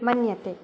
मन्यते